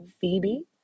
phoebe